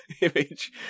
image